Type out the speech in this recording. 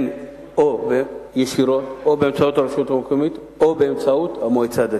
או ישירות או באמצעות הרשות המקומית או באמצעות המועצה הדתית,